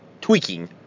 tweaking